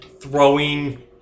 throwing